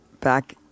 Back